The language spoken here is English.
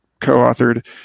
co-authored